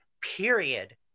period